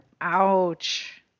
Ouch